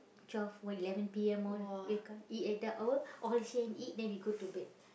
twelve or eleven P_M all wake up eat at that hour all share and eat then we go to bed